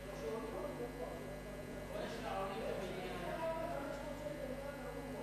9 בחודש פברואר 2010. אנחנו מקדמים בברכה